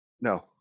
No